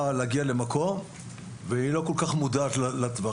להגיע למקום והיא לא כל כך מודעת לטווח.